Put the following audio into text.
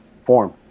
form